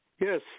Yes